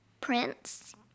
prince